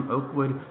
Oakwood